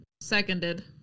Seconded